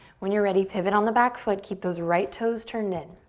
when you're ready, pivot on the back foot. keep those right toes turned in.